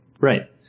Right